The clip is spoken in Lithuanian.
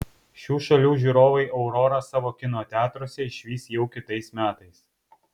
šių šalių žiūrovai aurorą savo kino teatruose išvys jau kitais metais